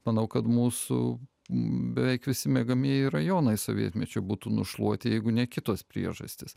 manau kad mūsų beveik visi miegamieji rajonai sovietmečiu būtų nušluoti jeigu ne kitos priežastys